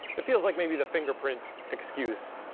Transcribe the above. it feels like maybe the fingerprint excuse,